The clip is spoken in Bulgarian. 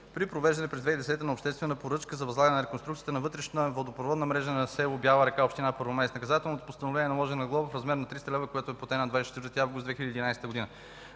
при провеждане през 2010 г. на обществена поръчка за възлагане на реконструкцията на вътрешна водопроводна мрежа на с. Бяла река, община Първомай. С наказателното постановление е наложена глоба в размер на 300 лв., която е платена на 24 август 2011 г.